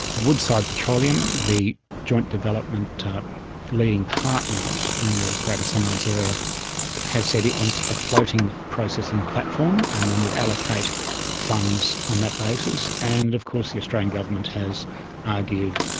woodside petroleum, the joint development leading partner in the greater sunrise area has said it wants a floating processing platform and then would allocate funds on that basis, and of course the australian government has argued,